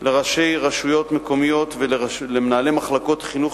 לראשי רשויות מקומיות ולמנהלי מחלקות חינוך